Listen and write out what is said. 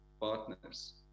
partners